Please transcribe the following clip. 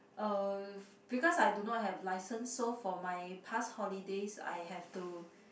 err because I do not have licence so for my past holidays I have to